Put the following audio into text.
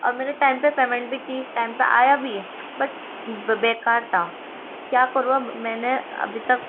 اور میں نے ٹائم پر پیمنیٹ بھی کی ٹائم پہ آیا بھی ہے بٹ بیکار تا کیا کروں اب میں نے ابھی تک